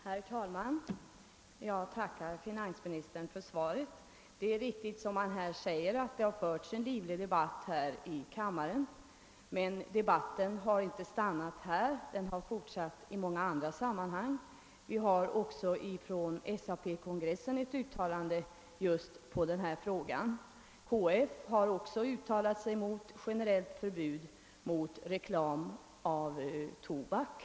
Herr talman! Jag tackar finansministern för svaret. Det är riktigt som han säger att denna fråga debatterats livligt här i kammaren. Men debatten har inte stannat här. Den har fortsatt i många andra sammanhang; från bl.a. SAP:s kongress föreligger ett uttalande i frågan. KF har också uttalat sig för ett generellt förbud mot reklam för tobak.